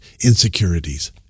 insecurities